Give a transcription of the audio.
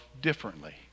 differently